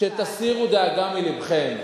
שתסירו דאגה מלבכם,